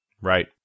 Right